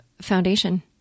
foundation